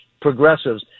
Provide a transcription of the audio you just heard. progressives